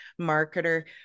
marketer